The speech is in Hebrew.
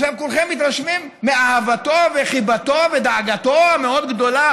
כולכם מתרשמים מאהבתו וחיבתו ודאגתו המאוד-גדולה